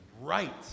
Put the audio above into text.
right